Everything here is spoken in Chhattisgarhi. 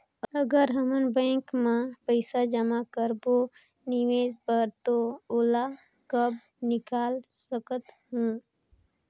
अगर हमन बैंक म पइसा जमा करब निवेश बर तो ओला कब निकाल सकत हो?